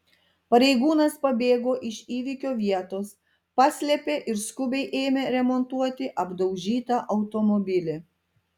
pareigūnas pabėgo iš įvykio vietos paslėpė ir skubiai ėmė remontuoti apdaužytą automobilį